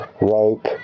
rope